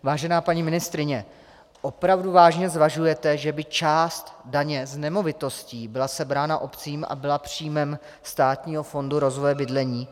Vážená paní ministryně, opravdu vážně zvažujete, že by část daně z nemovitostí byla sebrána obcím a byla příjmem Státního fondu rozvoje bydlení?